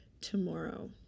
tomorrow